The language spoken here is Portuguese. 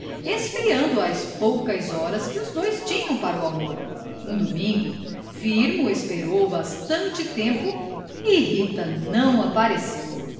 esfriando as poucas horas que os dois tinham para o amor um domingo firmo esperou bastante tempo e rita não apareceu